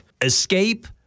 Escape